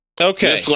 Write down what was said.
Okay